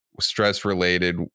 stress-related